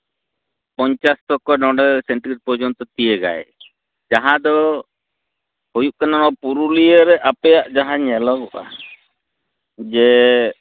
ᱯᱚᱧᱪᱟᱥ ᱛᱚᱠᱠᱚ ᱱᱚᱰᱮ ᱥᱮᱱᱴᱤᱜᱨᱮᱴ ᱯᱚᱨᱡᱚᱱᱛᱚ ᱛᱤᱭᱟᱹᱜᱟᱭ ᱡᱟᱦᱟᱸ ᱫᱚ ᱦᱩᱭᱩᱜ ᱠᱟᱱᱟ ᱯᱩᱨᱩᱞᱤᱭᱟᱹ ᱨᱮ ᱟᱯᱮᱭᱟᱜ ᱡᱟᱦᱟᱸ ᱧᱮᱞᱚᱜᱚᱜᱼᱟ ᱡᱮ